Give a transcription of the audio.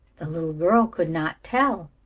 the little girl could not tell,